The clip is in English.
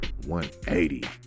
180